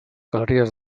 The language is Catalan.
galeries